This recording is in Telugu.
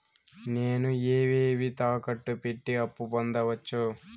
నేను ఏవేవి తాకట్టు పెట్టి అప్పు పొందవచ్చు?